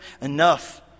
enough